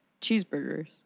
Cheeseburgers